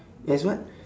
as what